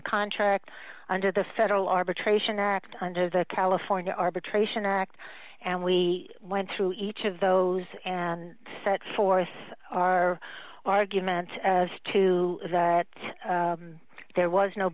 the contract under the federal arbitration act under the california arbitration act and we went through each of those and set forth our arguments as to that there was no